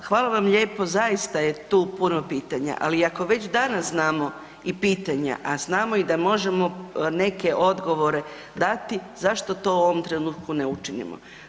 Ma hvala vam lijepo, zaista je tu puno pitanja, ali ako već danas znamo i pitanja, a znamo i da možemo neke odgovore dati zašto to u ovom trenutku ne učinimo.